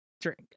drink